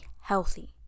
healthy